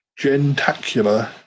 gentacular